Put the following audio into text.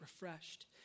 refreshed